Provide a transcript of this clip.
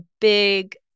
big